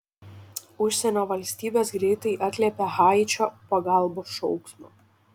užsienio valstybės greitai atliepė haičio pagalbos šauksmą